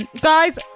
guys